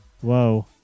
Whoa